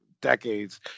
decades